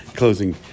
Closing